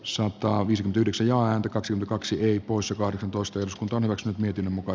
sotaa visit yhdeksi laanti kaksi kaksi oli poissa kahdeksantoista joskus on myös miten muka